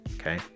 okay